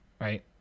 right